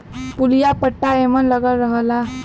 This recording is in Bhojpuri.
पुलिया पट्टा एमन लगल रहला